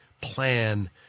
plan